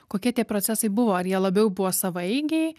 kokie tie procesai buvo ar jie labiau buvo savaeigiai